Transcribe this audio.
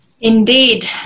Indeed